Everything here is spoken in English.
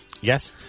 Yes